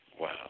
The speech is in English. wow